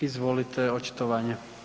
Izvolite očitovanje.